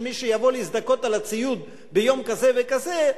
שמי שיבוא להזדכות על הציוד ביום כזה וכזה,